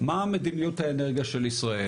מה מדיניות האנרגיה של ישראל.